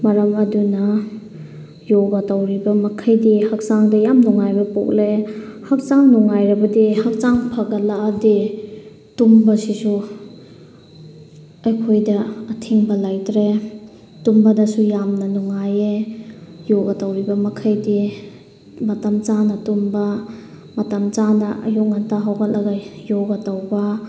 ꯃꯔꯝ ꯑꯗꯨꯅ ꯌꯣꯒꯥ ꯇꯧꯔꯤꯕ ꯃꯈꯩꯗꯤ ꯍꯛꯆꯥꯡꯗ ꯌꯥꯝ ꯅꯨꯡꯉꯥꯏꯕ ꯄꯣꯛꯂꯛꯑꯦ ꯍꯛꯆꯥꯡ ꯅꯨꯡꯉꯥꯏꯔꯕꯗꯤ ꯍꯛꯆꯥꯡ ꯐꯒꯠꯂꯛꯑꯗꯤ ꯇꯨꯝꯕꯁꯤꯁꯨ ꯑꯩꯈꯣꯏꯗ ꯑꯊꯤꯡꯕ ꯂꯩꯇ꯭ꯔꯦ ꯇꯨꯝꯕꯗꯁꯨ ꯌꯥꯝꯅ ꯅꯨꯡꯉꯥꯏꯌꯦ ꯌꯣꯒꯥ ꯇꯧꯔꯤꯕ ꯃꯈꯩꯗꯤ ꯃꯇꯝ ꯆꯥꯅ ꯇꯨꯝꯕ ꯃꯇꯝ ꯆꯥꯅ ꯑꯌꯨꯛ ꯉꯟꯇꯥ ꯍꯧꯒꯠꯂꯒ ꯌꯣꯒꯥ ꯇꯧꯕ